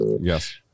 yes